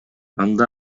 анда